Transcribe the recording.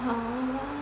好啦